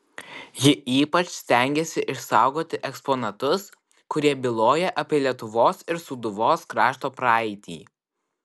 ji ypač stengėsi išsaugoti eksponatus kurie byloja apie lietuvos ir sūduvos krašto praeitį